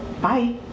bye